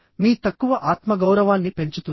మీ తక్కువ ఆత్మగౌరవాన్ని పెంచుతుంది